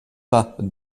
pas